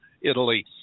Italy